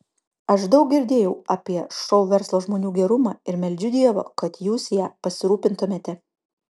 aš daug girdėjau apie šou verslo žmonių gerumą ir meldžiu dievo kad jūs ja pasirūpintumėte